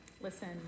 Listen